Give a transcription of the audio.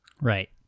right